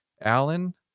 Alan